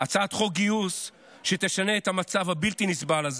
הצעת חוק גיוס שתשנה את המצב הבלתי-נסבל הזה.